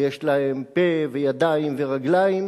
ויש להם פה וידיים ורגליים,